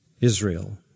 Israel